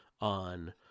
on